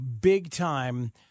big-time